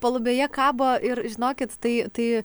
palubėje kabo ir žinokit tai tai